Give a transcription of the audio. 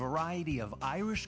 variety of irish